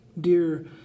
dear